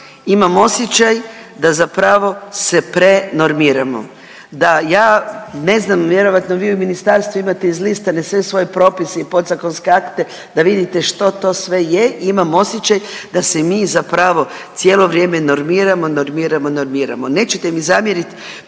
imam osjećaj da zapravo se prenormiramo. Da ja ne znam, vjerojatno vi u ministarstvu imate izlistane sve svoje propise i podzakonske akte da vidite što to sve je i imam osjećaj da se mi zapravo cijelo vrijeme normiramo, normiramo, normiramo. Nećete mi zamjerit